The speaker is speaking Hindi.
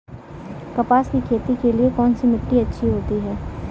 कपास की खेती के लिए कौन सी मिट्टी अच्छी होती है?